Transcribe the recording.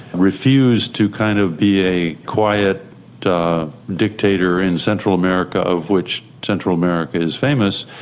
refused to kind of be a quiet dictator in central america of which central america is famous,